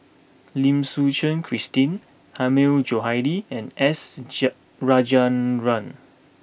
Lim Suchen Christine Hilmi Johandi and S Rajendran